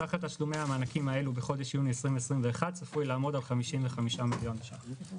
סך תשלומי המענקים האלו בחודש יוני 2021 צפוי לעמוד על 55 מיליון שקלים.